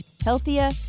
Healthier